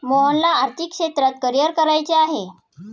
मोहनला आर्थिक क्षेत्रात करिअर करायचे आहे